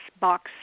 box